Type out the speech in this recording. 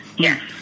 Yes